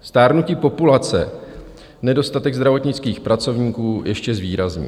Stárnutí populace nedostatek zdravotnických pracovníků ještě zvýrazní.